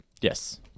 Yes